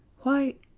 why